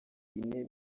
guinée